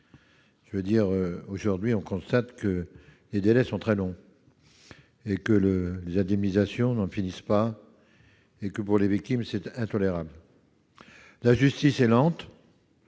d'affaires. Aujourd'hui, on constate que les délais sont très longs, et que les procédures d'indemnisation n'en finissent pas. Pour les victimes, c'est intolérable. La justice est lente